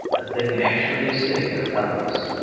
a thing actually sitting on top of us.